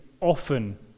often